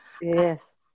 Yes